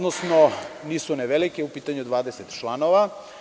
Nisu one velike, u pitanju je 20 članova.